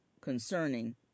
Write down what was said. concerning